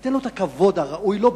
תן לו את הכבוד הראוי לו,